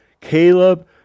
Caleb